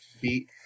beat